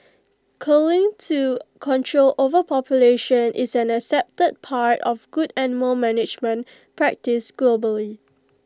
culling to control overpopulation is an accepted part of good animal management practice globally